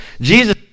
Jesus